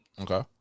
Okay